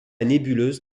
nébuleuse